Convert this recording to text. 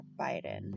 biden